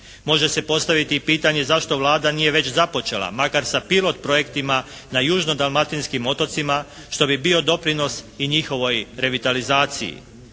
Može se postaviti i pitanje zašto Vlada nije već započela makar sa pilot projektima na južno dalmatinskim otocima što bi bio doprinos i njihovoj revitalizaciji.